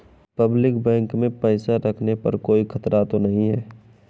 Public bank में पैसा रखने पर कोई खतरा तो नहीं है?